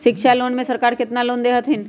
शिक्षा लोन में सरकार केतना लोन दे हथिन?